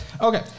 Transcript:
Okay